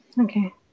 Okay